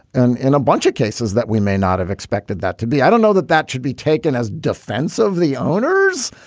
and and a bunch of cases that we may not have expected that to be, i don't know that that should be taken as defense of the owners,